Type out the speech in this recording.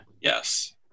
Yes